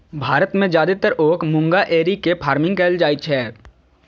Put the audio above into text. भारत मे जादेतर ओक मूंगा एरी के फार्मिंग कैल जाइ छै